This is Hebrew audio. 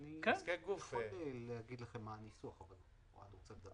נזקי גוף ולא נזקי רכוש.